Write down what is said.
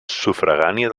sufragània